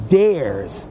dares